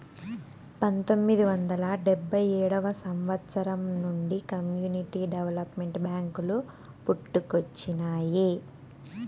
పంతొమ్మిది వందల డెబ్భై ఏడవ సంవచ్చరం నుండి కమ్యూనిటీ డెవలప్మెంట్ బ్యేంకులు పుట్టుకొచ్చినాయి